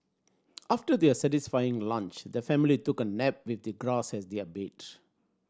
after their satisfying lunch the family took a nap with the grass as their bed